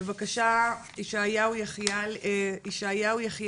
בבקשה, ישעיהו יחיאלי.